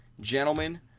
Gentlemen